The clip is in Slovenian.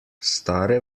stare